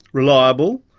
reliable,